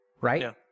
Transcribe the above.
Right